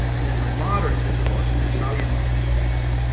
and then the moderns, which are largely italian language texts,